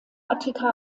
attika